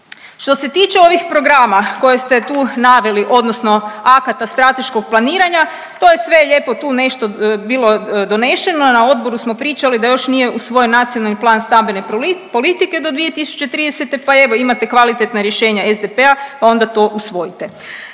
Što se tiče ovih programa koje ste tu naveli odnosno akata strateškog planiranja to je sve lijepo tu nešto bilo donešeno na odboru smo pričali da još nije usvojen Nacionalni plan stambene politike do 2030., pa evo imate kvalitetna rješenja SDP-a pa onda to usvojite.